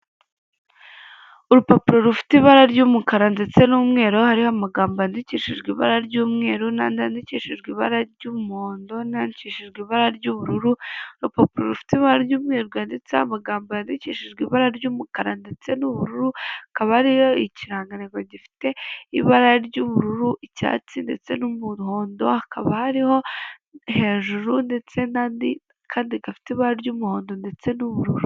Urupapuro rufite ibara ry'umukara ndetse n'umweru hariho amagambo yandikishijwe ibara ry'umweru n'andi yandikishijwe ibara ry'umuhondo nayandikishijwe ibara ry'ubururu. Urupapuro rufite ibara ry'umweru rwanditseho amagambo yandikishijwe ibara ry'umukara ndetse n'ubururu akaba ariyo ikiranganrwa gifite ibara ry'ubururu, icyatsi ndetse n'umuhondo, hakaba hariho hejuru ndetse n'andi, kandi gafite ibara ry'umuhondo ndetse n'ubururu.